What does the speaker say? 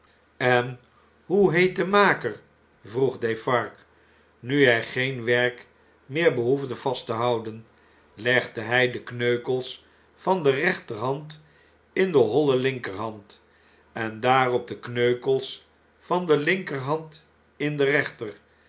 en hoe heet de maker vroeg defarge nu hg geen werk meer behoefde vast te houden jegde hjj de kneukels van de rechterhand in de holle linkerhand en daarop de kneukels van de linkerhand in de rechter